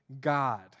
God